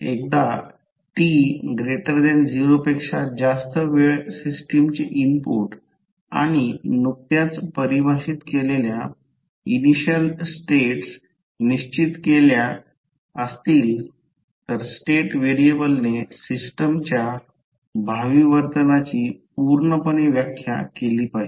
एकदा t 0 पेक्षा जास्त वेळ सिस्टमचे इनपुट आणि नुकत्याच परिभाषित केलेल्या आरंभिक स्टेट्स निश्चित केल्या असतील तर स्टेट व्हेरिएबलने सिस्टमच्या भावी वर्तनाची पूर्णपणे व्याख्या केली पाहिजे